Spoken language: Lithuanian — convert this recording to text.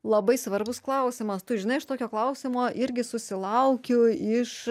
labai svarbus klausimas tu žinai aš tokio klausimo irgi susilaukiu iš